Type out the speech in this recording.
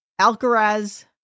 Alcaraz